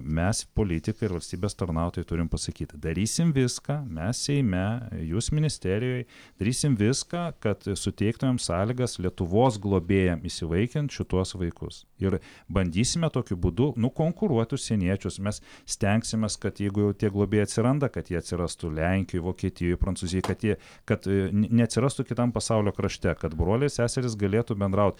mes politikai ir valstybės tarnautojai turim pasakyti darysim viską mes seime jūs ministerijoj darysim viską kad suteiktumėm sąlygas lietuvos globėjam įsivaikint šituos vaikus ir bandysime tokiu būdu nukonkuruot užsieniečius mes stengsimės kad jeigu jau tie globėjai atsiranda kad jie atsirastų lenkijoj vokietijoj prancūzijoj kad jie kad neatsirastų kitam pasaulio krašte kad broliai seserys galėtų bendraut